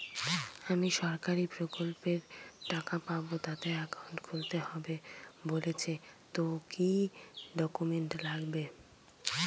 আমি সরকারি প্রকল্পের টাকা পাবো তাতে একাউন্ট খুলতে হবে বলছে তো কি কী ডকুমেন্ট লাগবে?